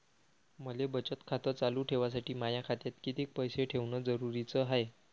मले बचत खातं चालू ठेवासाठी माया खात्यात कितीक पैसे ठेवण जरुरीच हाय?